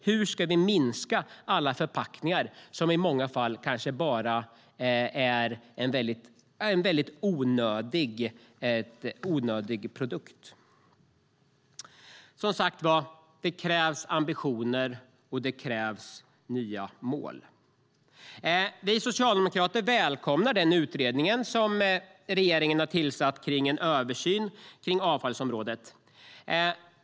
Hur ska vi minska antalet förpackningar? I många fall är det en onödig produkt. Det krävs ambitioner, och det krävs nya mål. Vi socialdemokrater välkomnar den utredning som regeringen har tillsatt för en översyn av avfallsområdet.